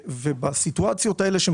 גם